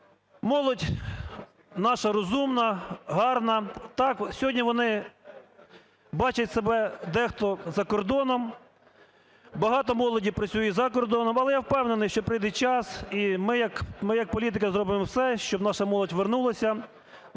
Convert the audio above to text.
Молодь наша розумна, гарна. Так, сьогодні вони бачать себе дехто за кордоном, багато молоді працює за кордоном, але я впевнений, що прийде час, і ми як політики зробимо все, щоб наша молодь вернулася,